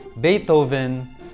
Beethoven